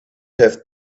have